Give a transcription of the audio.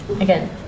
again